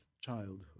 childhood